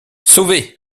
sauvé